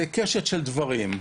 זה קשת של דברים.